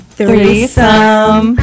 Threesome